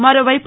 మరోవైపు